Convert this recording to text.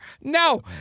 No